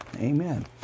Amen